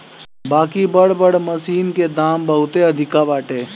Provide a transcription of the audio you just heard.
बाकि बड़ बड़ मशीन के दाम बहुते अधिका बाटे